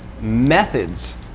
methods